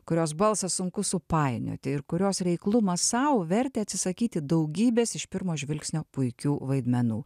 kurios balsą sunku supainioti ir kurios reiklumas sau vertė atsisakyti daugybės iš pirmo žvilgsnio puikių vaidmenų